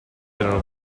erano